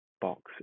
box